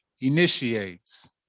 initiates